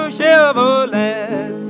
Chevrolet